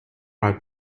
are